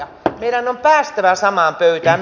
meidän on päästävä samaan pöytään